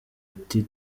ati